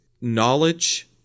knowledge